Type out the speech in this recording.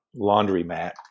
laundromat